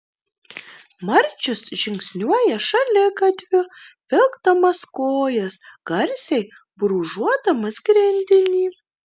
marčius žingsniuoja šaligatviu vilkdamas kojas garsiai brūžuodamas grindinį